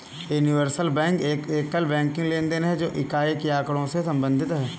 universal bank एक एकल banking लेनदेन है, जो एक इकाई के आँकड़ों से संबंधित है